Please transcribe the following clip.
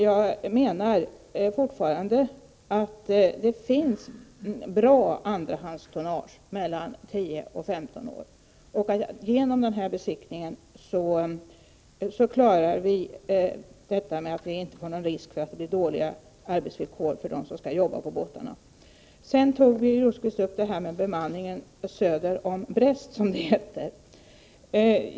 Jag menar fortfarande att det finns bra andrahandstonnage mellan 10 och 15 år och att det genom den här besiktningen inte är någon risk för dåliga arbetsvillkor för dem som skall jobba på båtarna. Sedan tog Birger Rosqvist upp bemanningen söder om Brest, som det heter.